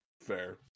Fair